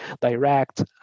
direct